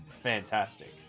fantastic